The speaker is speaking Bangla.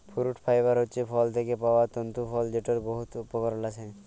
ফুরুট ফাইবার হছে ফল থ্যাকে পাউয়া তল্তু ফল যেটর বহুত উপকরল আছে